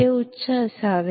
ಇದು ಹೆಚ್ಚು ಇರಬೇಕ